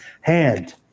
hand